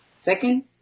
Second